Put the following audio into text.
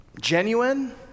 genuine